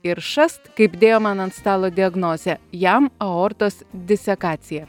ir šast kaip dėjo man ant stalo diagnozę jam aortos disekacija